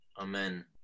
Amen